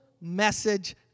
message